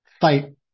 fight